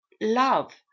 love